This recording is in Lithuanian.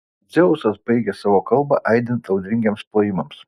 dzeusas baigė savo kalbą aidint audringiems plojimams